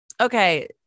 okay